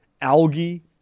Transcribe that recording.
algae